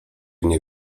nie